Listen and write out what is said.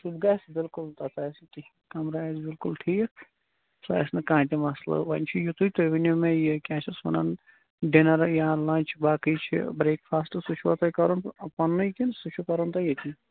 سُہ گژھِ بِلکُل پتاہ کِہیٖنٛۍ کَمرٕ آسہِ بِلکُل ٹھیٖک سُہ آسہِ نہٕ کانٛہہ تہِ مَسلہٕ وۅںۍ چھُے یِتُے تُہۍ ؤنِو مےٚ یہِ کیٛاہ چھِس وَنان ڈِنر یا لَنچ باقٕے چھِ برٛیک فاسٹ سُہ چھُوا تۄہہِ کَرُن پَننُے کِنہٕ سُہ چھُ کَرُن تۄہہِ ییٚتی